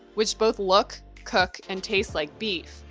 which both look, cook, and taste like beef,